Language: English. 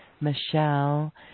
Michelle